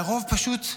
והרוב פשוט,